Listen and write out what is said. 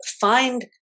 find